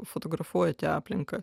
fotografuojate aplinką